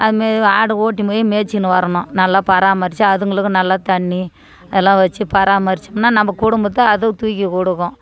அது மாரி ஆடு ஓட்டின் போய் மேய்ச்சினு வரணும் நல்லா பராமரிச்சால் அதுங்களுக்கும் நல்லா தண்ணி எல்லாம் வச்சு பராமரிச்சம்னா நம்ம குடும்பத்தை அது தூக்கி கொடுக்கும்